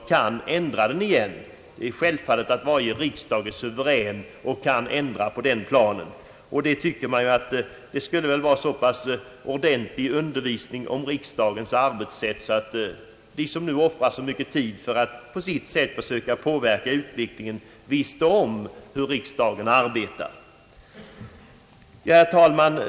Det är självklart att varje riksdag är suverän och kan ändra på den planen. Jag tycker att det borde meddelas så ordentlig undervisning om riksdagens arbetssätt att de, som nu offrar så mycken tid för att på sitt sätt söka påverka utvecklingen, skulle få reda på hur riksdagen arbetar. Herr talman!